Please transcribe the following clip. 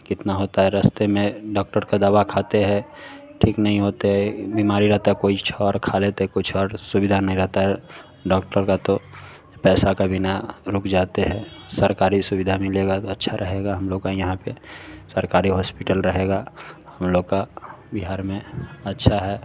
कितना होता है रास्ते में डॉक्टर का दवा खाते हैं ठीक नहीं होते बीमारी रहता कोई छर खा लेता है कुछ और सुविधा में रहता है डॉक्टर कहते पैसा का बिना रुक जाते हैं सरकारी सुविधा मिलेगा तो अच्छा रहेगा हम लोग का यहाँ पर सरकारी हॉस्पिटल रहेगा हम लोग का बिहार में अच्छा है